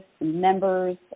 members